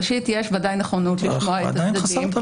ראשית, יש ודאי נכונות לשמוע את הצדדים.